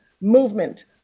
movement